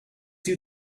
you